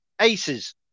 Aces